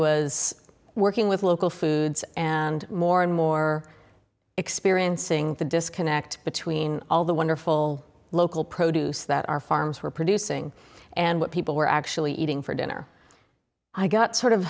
was working with local foods and more and more experiencing the disconnect between all the wonderful local produce that our farms were producing and what people were actually eating for dinner i got sort of